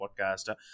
podcast